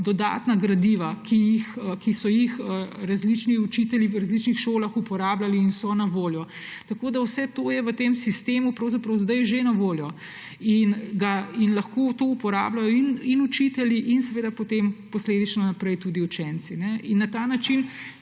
dodatna gradiva, ki so jih različni učitelji v različnih šolah uporabljali in so na voljo. Tako da vse to je v tem sistemu od zdaj že na voljo in lahko to uporabljajo in učitelji in seveda posledično naprej tudi učenci. Na ta način